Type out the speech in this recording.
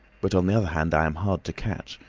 but on the other hand i am hard to catch.